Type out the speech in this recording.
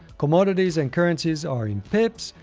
commodities and currencies are in pips,